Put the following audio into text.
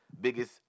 biggest